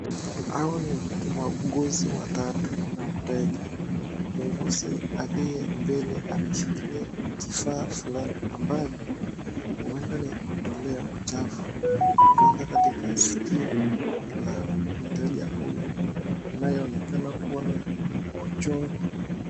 Hawa ni wauguzi watatu na mteja. Muuguzi aliye mbele ameshikilia kifaa fulani ambayo huenda ni ya kutolea uchafu kutoka katika sikio la mteja huyu anayeonekana kuwa na uchungu.